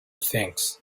things